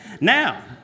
Now